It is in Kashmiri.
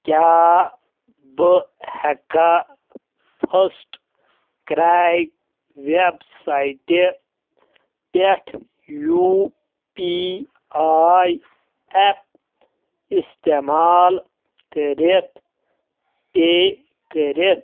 کیاہ بہٕ ہٮ۪کا فٔسٹ کرٛاے وؠب سایٹہِ پٮ۪ٹھ یوٗ پی آٮٔۍ ایپ اِستعمال کٔرِتھ پے کٔرِتھ